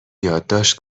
یادداشت